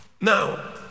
now